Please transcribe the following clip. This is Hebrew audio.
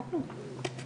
או כלום.